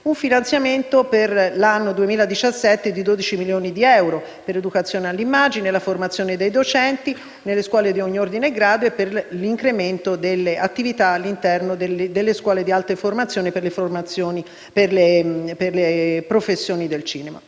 un finanziamento di 12 milioni di euro per l'educazione all'immagine e la formazione dei docenti nelle scuole di ogni ordine e grado e per l'incremento delle attività all'interno delle scuole di alta formazione per le professioni del cinema.